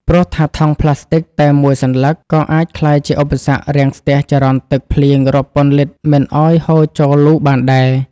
ព្រោះថាថង់ប្លាស្ទិកតែមួយសន្លឹក ក៏អាចក្លាយជាឧបសគ្គរាំងស្ទះចរន្តទឹកភ្លៀងរាប់ពាន់លីត្រមិនឱ្យហូរចូលលូបានដែរ។